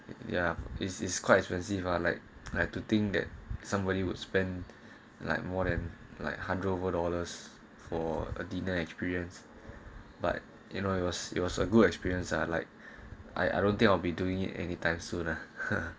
ya it's it's quite expensive lah like like to think that somebody would spend like more than like hundred over dollars for a dinner experience but you know it was it was a good experience ah like I I don't think I'll be doing it anytime soon lah